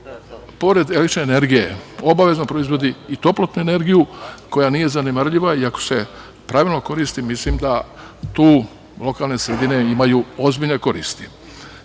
pored električne energije obavezno proizvodi i toplotnu energiju koja nije zanemarljiva i ako se pravilno koristi mislim da tu lokalne sredine imaju ozbiljne koristi. Dalje,